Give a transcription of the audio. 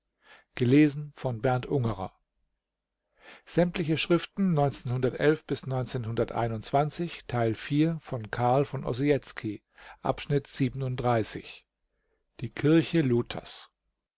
die kirche luthers